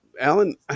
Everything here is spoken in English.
Alan